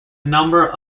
number